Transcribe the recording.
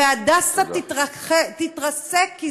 ו"הדסה" תתרסק,